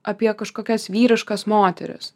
apie kažkokias vyriškas moteris